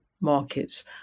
markets